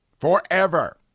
Forever